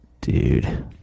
dude